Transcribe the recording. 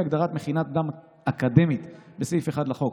הגדרת מכינה קדם-אקדמית בסעיף 1 לחוק,